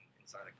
inside